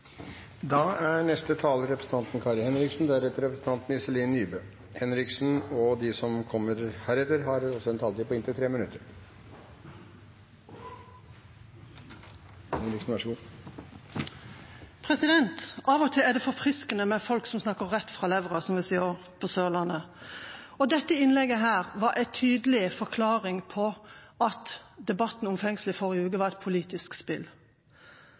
De talerne som heretter får ordet, har en taletid på inntil 3 minutter. Av og til er det forfriskende med folk som snakker rett fra levra, som vi sier på Sørlandet. Dette innlegget var en tydelig bekreftelse på at debatten om fengsel i forrige uke var et politisk spill.